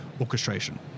orchestration